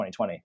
2020